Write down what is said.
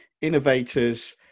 innovators